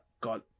got